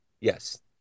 Yes